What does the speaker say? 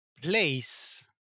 place